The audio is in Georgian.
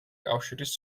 კავშირის